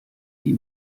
die